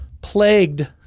plagued